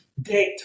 date